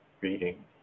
reading